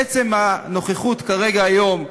עצם הנוכחות כרגע, היום,